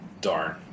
darn